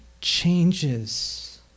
changes